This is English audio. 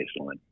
baseline